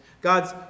God's